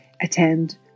attend